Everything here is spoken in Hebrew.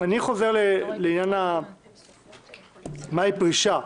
אני חוזר לעניין מהי פרישה.